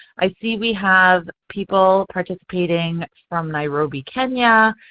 i see we have people participating from nairobi, kenya.